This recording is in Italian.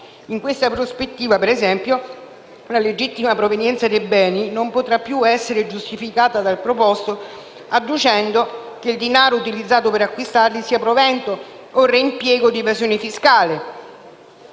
in questa prospettiva, per esempio, la legittima provenienza dei beni non potrà più essere giustificata dal proposto adducendo che il denaro utilizzato per acquistarli sia provento o reimpiego di evasione fiscale